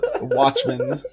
Watchmen